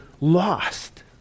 lost